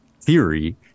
theory